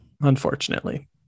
Unfortunately